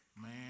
Man